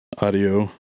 audio